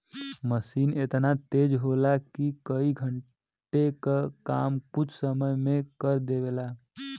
मसीन एतना तेज होला कि कई घण्टे के काम कुछ समय मे कर देवला